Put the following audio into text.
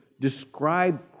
describe